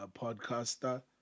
podcaster